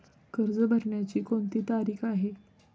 कर्ज भरण्याची कोणती तारीख आहे?